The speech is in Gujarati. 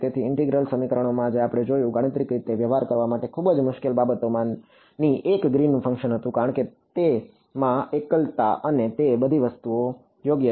તેથી ઇન્ટેગ્રલ સમીકરણોમાં જે આપણે જોયું ગાણિતિક રીતે વ્યવહાર કરવા માટે ખૂબ જ મુશ્કેલ બાબતોમાંની એક ગ્રીનનું ફંક્શન હતું કારણ કે તેમાં એકલતા અને તે બધી વસ્તુઓ યોગ્ય છે